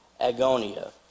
agonia